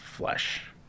flesh